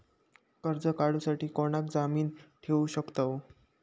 कर्ज काढूसाठी कोणाक जामीन ठेवू शकतव?